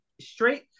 straight